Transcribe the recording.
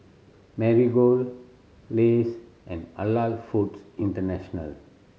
Marigold Lays and Halal Foods International